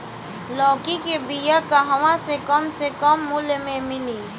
लौकी के बिया कहवा से कम से कम मूल्य मे मिली?